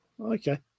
Okay